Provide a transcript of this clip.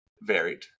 varied